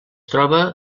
troba